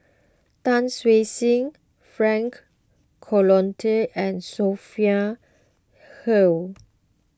Tan Siew Sin Frank Cloutier and Sophia Hull